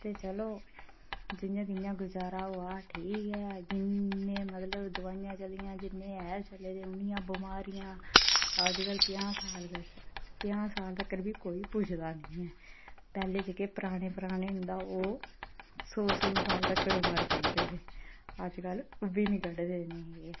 ते चलो जि'यां कि'यां गुजारा होआ दा ठीक ऐ जिन्नी मतलब दोआइयां चली दियां जिन्ने हैल चले दे उन्नियां बमारियां अजकल पंजाह् साल तक्कर बी कोई पुजदा निं ऐ पैह्लें जेह्के पराने पराने न ओह् सौ सौ साल तगर उमर कड्ढदे हे अजकल ओह्बी निं कढदे नेईं किश